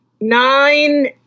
nine